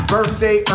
Birthday